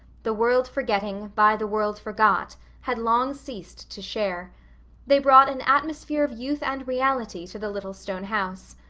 the world forgetting, by the world forgot, had long ceased to share they brought an atmosphere of youth and reality to the little stone house.